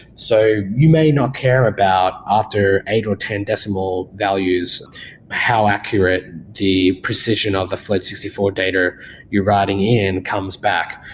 so you may not care about after eight or ten decimal values how accurate the precision of the flight sixty four data you're riding in comes back.